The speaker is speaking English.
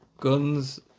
guns